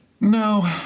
No